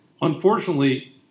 unfortunately